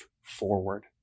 forward